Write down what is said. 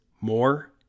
more